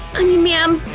i mean ma'am,